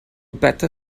better